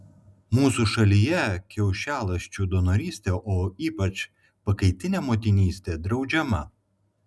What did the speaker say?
mūsų šalyje kiaušialąsčių donorystė o ypač pakaitinė motinystė draudžiama